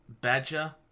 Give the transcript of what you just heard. Badger